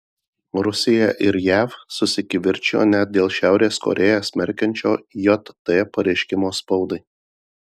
rusija ir jav susikivirčijo net dėl šiaurės korėją smerkiančio jt pareiškimo spaudai